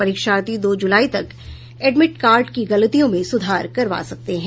परीक्षार्थी दो जुलाई तक एडमिट कार्ड की गलतियों में सुधार करवा सकते हैं